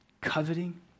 coveting